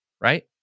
right